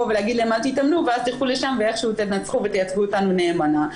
ולהגיד להם לא להתאמן ואז תלכו לשם ואיכשהו תנצחו ותייצגו אותנו נאמנה,